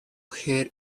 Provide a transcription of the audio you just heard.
hid